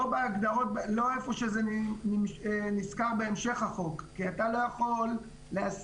לא איפה שזה נזכר בהמשך החוק כי אתה לא יכול להסמיך